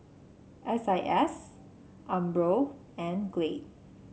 S I S Umbro and Glade